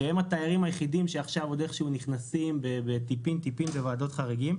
והם התיירים היחידים שעוד איכשהו נכנסים טיפין טיפין דרך ועדות חריגים.